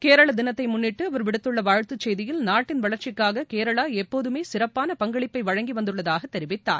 கேரள தினத்தை முன்னிட்டு அவர் விடுத்துள்ள வாழ்த்துச் செய்தியில் நாட்டின் வளர்ச்சிக்காக கேரளா எப்போதுமே சிறப்பான பங்களிப்பை வழங்கி வந்துள்ளதாக தெரிவித்தார்